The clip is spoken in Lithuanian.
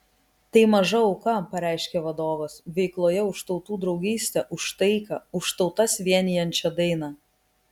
tai maža auka pareiškė vadovas veikloje už tautų draugystę už taiką už tautas vienijančią dainą